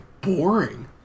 boring